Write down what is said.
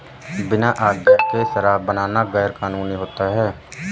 बिना आज्ञा के शराब बनाना गैर कानूनी होता है